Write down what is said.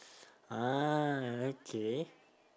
ah okay